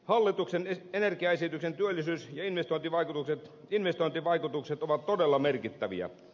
hallituksen energiaesityksen työllisyys ja investointivaikutukset ovat todella merkittäviä